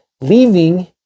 leaving